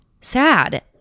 sad